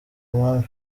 umwami